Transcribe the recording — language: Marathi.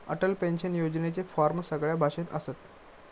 अटल पेंशन योजनेचे फॉर्म सगळ्या भाषेत असत